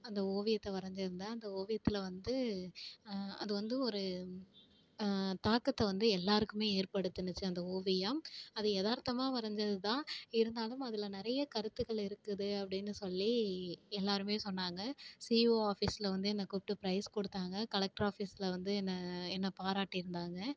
அந்த ஓவியத்தை வரஞ்சுருந்தேன் அந்த ஓவியத்தில் வந்து அது வந்து ஒரு தாக்கத்தை வந்து எல்லோருக்குமே ஏற்படுத்துணுச்சு அந்த ஓவியம் அது எதார்த்தமாக வரைஞ்சது தான் இருந்தாலும் அதில் நிறைய கருத்துக்கள் இருக்குது அப்படின்னு சொல்லி எல்லோருமே சொன்னாங்க சிஇஓ ஆஃபீஸில் வந்து என்ன கூப்பிட்டு ப்ரைஸ் கொடுத்தாங்க கலெக்டர் ஆஃபீஸில் வந்து என்ன என்ன பாராட்டியிருந்தாங்க